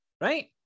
right